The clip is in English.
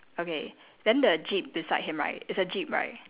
okay then the jeep beside him right is a jeep right